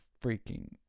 freaking